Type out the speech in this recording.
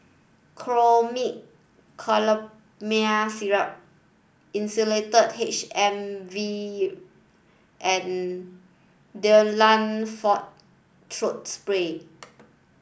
Chlormine Chlorpheniramine Syrup Insulatard M V and Difflam Forte Throat Spray